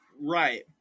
right